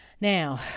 Now